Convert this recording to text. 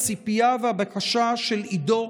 הציפייה והבקשה של עידו,